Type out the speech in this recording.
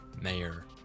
mayor